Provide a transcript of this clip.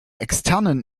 externen